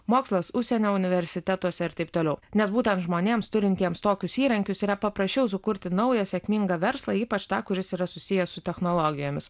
mokslas užsienio universitetuose ir taip toliau nes būtent žmonėms turintiems tokius įrankius yra paprasčiau sukurti naują sėkmingą verslą ypač tą kuris yra susijęs su technologijomis